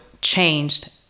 changed